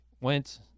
went